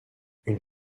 une